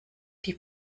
die